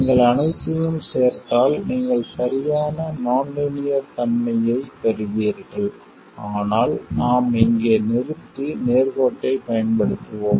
நீங்கள் அனைத்தையும் சேர்த்தால் நீங்கள் சரியான நான் லீனியர் தன்மையைப் பெறுவீர்கள் ஆனால் நாம் இங்கே நிறுத்தி நேர்கோட்டைப் பயன்படுத்துவோம்